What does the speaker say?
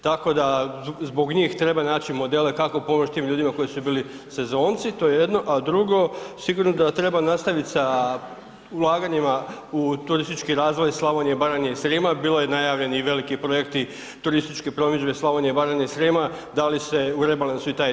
Tako da, zbog njih treba naći modele kako pomoć tim ljudima koji su bili sezonci, to je jedno a drugo, sigurno da treba nastavit sa ulaganjima u turistički razvoj Slavonije, Baranje i Srijema, bilo je najavljeni i veliki projekti turističke promidžbe Slavonije, Baranje i Srijema, da li se u rebalansu i taj dio smanjuje?